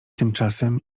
tymczasem